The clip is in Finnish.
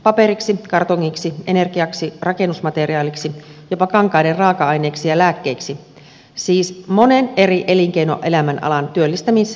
paperiksi kartongiksi energiaksi rakennusmateriaaliksi jopa kankaiden raaka aineeksi ja lääkkeiksi siis monen eri elinkeinoelämän alan työllistämisketjun pohjaksi